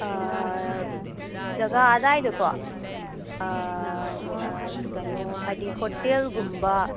ꯖꯒꯥ ꯑꯗꯥꯏꯗꯀꯣ ꯀꯩꯅꯣ ꯍꯥꯏꯗꯤ ꯍꯣꯇꯦꯜꯒꯨꯝꯕ